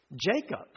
Jacob